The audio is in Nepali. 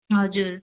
हजुर